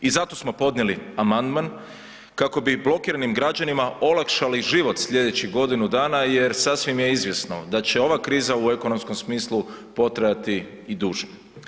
I zato smo podnijeli amandman kako bi blokiranim građanima olakšali život slijedećih godinu dana jer sasvim je izvjesno da će ova kriza u ekonomskom smislu potrajati i duže.